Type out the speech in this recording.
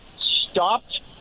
stopped